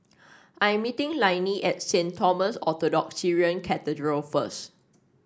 I am meeting Lainey at Saint Thomas Orthodox Syrian Cathedral first